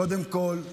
קודם כול,